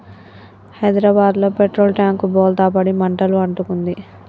హైదరాబాదులో petrol tank బోల్తా పడి మంటలు అంటుకుంది